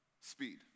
speed